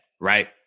right